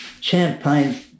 champagne